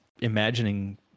imagining